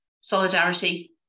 solidarity